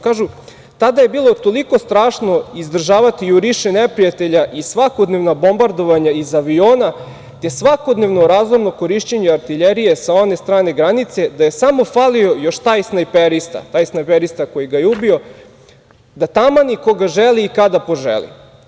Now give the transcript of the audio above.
Kažu – „Tada je bilo toliko strašno izdržavati juriše neprijatelja i svakodnevna bombardovanja iz aviona, te svakodnevno razorno korišćenje artiljerije sa one strane granice da je samo falio još taj snajperista, taj snajperista koji ga je ubio, da tamani koga želi i kada poželi.